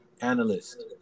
analyst